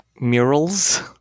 murals